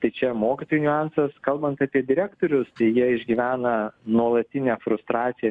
tai čia mokytojų niuansas kalbant apie direktorius tai jie išgyvena nuolatinę frustraciją